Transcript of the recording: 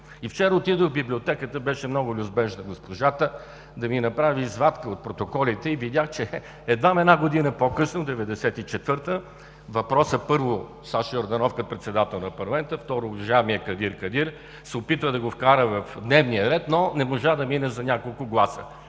Вчера отидох в Библиотеката, беше много любезна госпожата да ми направи извадка от протоколите, и видях, че едва една година по-късно – 1994 г. въпросът, първо, Сашо Йорданов, като председател на парламента, второ, уважаемият Кадир Кадир се опита да го вкара в дневния ред, но не можа да мине за няколко гласа.